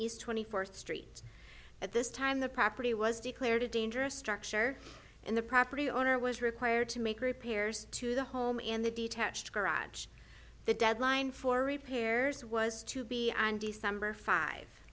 east twenty fourth street at this time the property was declared a dangerous structure and the property owner was required to make repairs to the home in the detached garage the deadline for repairs was to be on december five